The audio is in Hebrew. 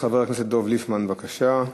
חבר הכנסת דב ליפמן, בבקשה.